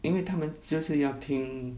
因为他们就是要听